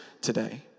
today